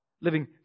living